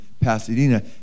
Pasadena